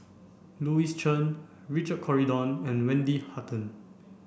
Louis Chen Richard Corridon and Wendy Hutton